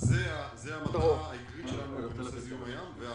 זו המטרה העיקרית שלנו בנושא זיהום הים וההרתעה.